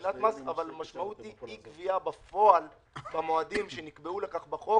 אבל המשמעות היא אי-גבייה בפועל במועדים שנקבעו לכך בחוק.